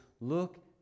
look